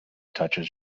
touches